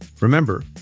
Remember